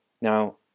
Now